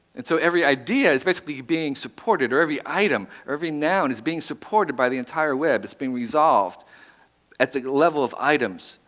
and so every idea is basically being supported or every item, or every noun is being supported by the entire web. it's being resolved at the level of items,